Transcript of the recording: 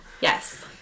Yes